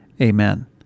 Amen